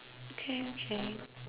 okay okay